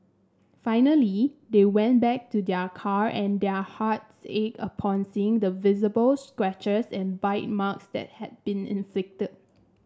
finally they went back to their car and their hearts ached upon seeing the visible scratches and bite marks that had been inflicted